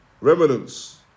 remnants